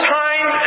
time